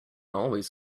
always